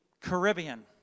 Caribbean